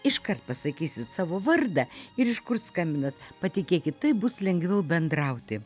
iškart pasakysit savo vardą ir iš kur skambinat patikėkit taip bus lengviau bendrauti